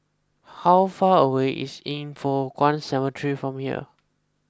how far away is Yin Foh Kuan Cemetery from here